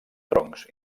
troncs